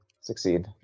succeed